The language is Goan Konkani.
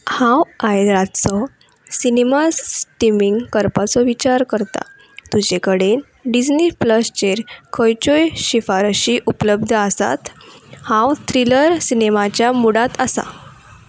हांव आयज रातचो सिनेमा स्टिमींग करपाचो विचार करता तुजे कडेन डिजनी प्लसचेर खंयच्योय शिफारशी उपलब्ध आसात हांव थ्रिलर सिनेमाच्या मुडांत आसा